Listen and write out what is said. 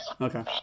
okay